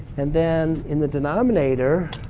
and then in the denominator